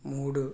మూడు